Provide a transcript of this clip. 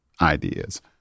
ideas